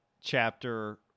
chapter